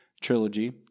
trilogy